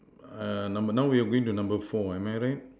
err number now we are going to number four am I right